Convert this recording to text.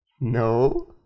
No